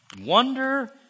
wonder